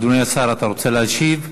אדוני השר, אתה רוצה להשיב?